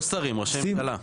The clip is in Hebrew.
לא שרים, ראשי ממשלה.